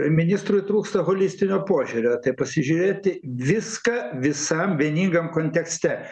ministrui trūksta holistinio požiūrio tai pasižiūrėti viską visam vieningam kontekste